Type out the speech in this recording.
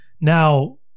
now